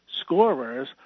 scorers